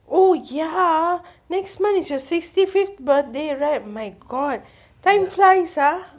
oh ya next month is your sixty fifth birthday right my god time flies ah